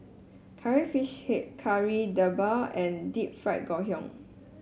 Curry Fish Head Kari Debal and Deep Fried Ngoh Hiang